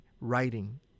writing